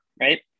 Right